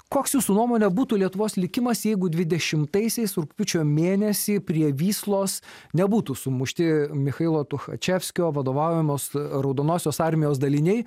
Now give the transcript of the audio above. koks jūsų nuomone būtų lietuvos likimas jeigu dvidešimtaisiais rugpjūčio mėnesį prie vyslos nebūtų sumušti michailo tuchačevskio vadovaujamos raudonosios armijos daliniai